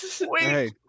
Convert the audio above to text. Wait